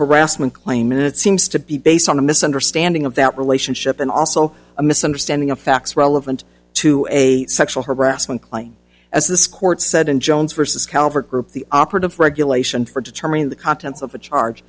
harassment claim minute seems to be based on a misunderstanding of that relationship and also a misunderstanding of facts relevant to a sexual harassment claim as this court said in jones versus calvert group the operative regulation for determining the contents of a charge